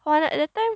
!wah! at that time